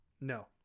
No